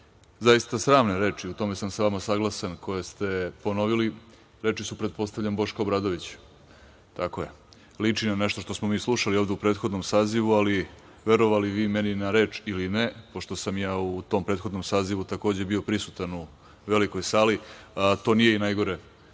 Zaista sramne reči, u tome sam saglasan, koje ste ponovili. Reči su, pretpostavljam, Boška Obradovića. Liči na nešto što smo mi slušali ovde u prethodnom sazivu, ali, verovali vi meni na reč ili ne, pošto sam ja u tom prethodnom sazivu takođe bio prisutan u velikoj sali, to nije i najgore